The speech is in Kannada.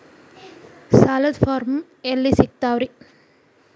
ಸಾಲದ ಫಾರಂ ಎಲ್ಲಿ ಸಿಕ್ತಾವ್ರಿ?